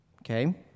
Okay